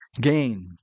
gain